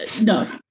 No